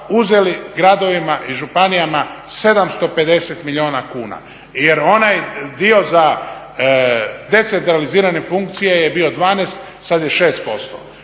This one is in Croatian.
uzeli gradovima i županijama 50 milijuna kuna jer onaj dio za decentralizirane funkcije je bio 12, sada je 6%.